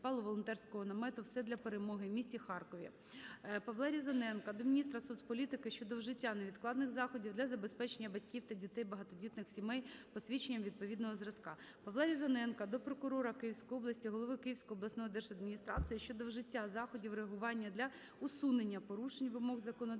Павла Різаненка до прокурора Київської області, голови Київської обласної держадміністрації щодо вжиття заходів реагування для усунення порушень вимог законодавства